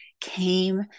came